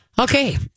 Okay